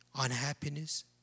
unhappiness